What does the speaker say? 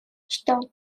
что